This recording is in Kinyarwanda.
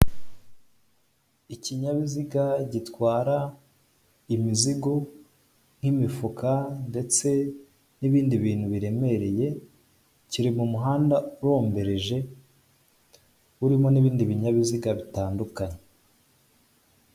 Ikinyabiziga gitwara imizigo nk'imifuka ndetse n'ibindi bintu biremereye kiri mu muhanda urombereje urimo n'ibindi binyabiziga bitandukanye.